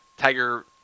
Tiger